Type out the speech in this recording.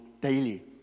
daily